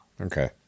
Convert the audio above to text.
Okay